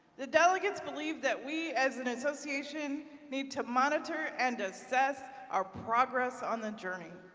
the delegates believed that we as an association need to monitor and assess our progress on the journey.